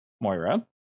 Moira